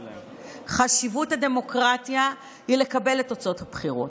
חשיבות הדמוקרטיה היא לקבל את תוצאות הבחירות.